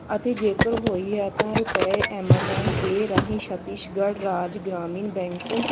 ਅਤੇ ਜੇਕਰ ਹੋਈ ਹੈ ਤਾਂ ਰੁਪਏ ਐਮਾਜਾਨ ਪੇਅ ਰਾਹੀਂ ਛੱਤੀਸਗੜ੍ਹ ਰਾਜ ਗ੍ਰਾਮੀਣ ਬੈਂਕ